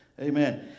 Amen